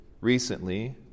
recently